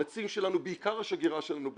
הנציג שלנו, בעיקר השגרירה שלנו בז'נבה,